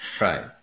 Right